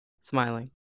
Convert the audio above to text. smiling